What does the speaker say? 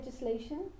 legislation